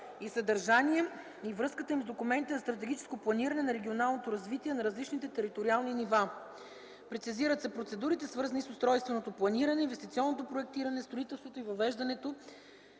и съдържание и връзката им с документите за стратегическо планиране на регионалното развитие на различните териториални нива. Прецизират се процедурите, свързани с устройственото планиране, инвестиционното проектиране, строителството и въвеждането